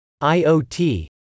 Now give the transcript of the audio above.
IoT